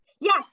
Yes